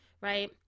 right